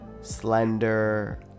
slender